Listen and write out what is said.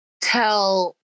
tell